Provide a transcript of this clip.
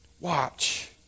watch